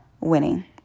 winning